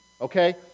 okay